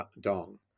Dong